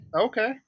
okay